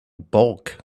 bulk